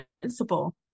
principle